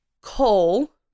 coal